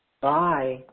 Bye